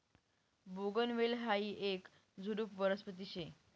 बोगनवेल हायी येक झुडुप वनस्पती शे